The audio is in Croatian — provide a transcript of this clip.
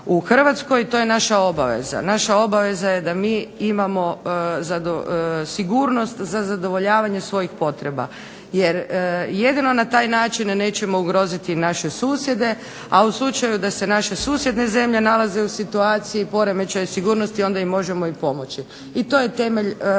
u Hrvatskoj i to je naša obaveza. Naša obaveza je da mi imamo sigurnost za zadovoljavanje svojih potreba jer jedino na taj način nećemo ugroziti naše susjede, a u slučaju da se naše susjedne zemlje nalaze u situaciji poremećaja sigurnost onda im možemo pomoći i to je temelj